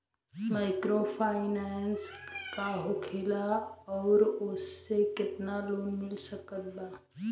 Microfinance का होखेला और ओसे केतना लोन मिल सकत बा?